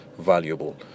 valuable